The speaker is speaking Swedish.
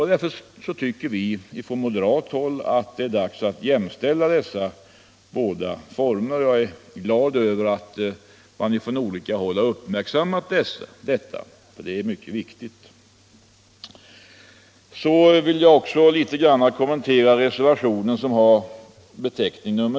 Därför anser vi moderater att det är dags att jämställa dessa båda former, och jag är glad över att man på olika håll har uppmärksammat detta; det är mycket viktigt. Så vill jag också något litet kommentera den reservation som har beteckningen 3.